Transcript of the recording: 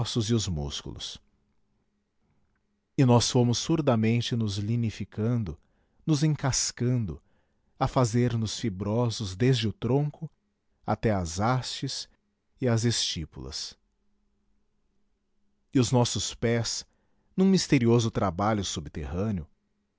ossos e os músculos e nós fomos surdamente nos lignificando nos encascando a fazer nos fibrosos desde o tronco até às hastes e às estipulas e os nossos pés num misterioso trabalho subterrâneo